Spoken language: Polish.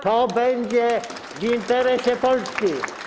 To będzie w interesie Polski.